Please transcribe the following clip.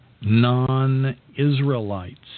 non-Israelites